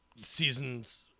season's